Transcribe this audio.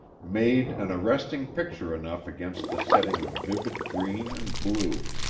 made an arresting picture enough against the setting of vivid green and blue.